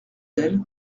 elle